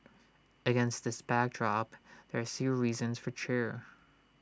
against this backdrop there are still reasons for cheer